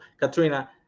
Katrina